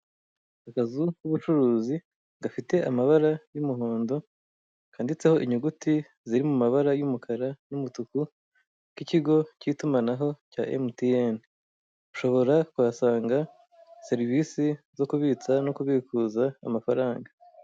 Akazu k'ubucuruzi gafite amabara y'umuhondo kanditseho inyuguti ziri mu mabara y'umukara n'umutuku k'ikigo cy'itumanaho cya emitiyeni ushobora kuhasanga serivisi zo kubitsa no kubikuza amafaranga.